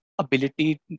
ability